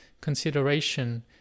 consideration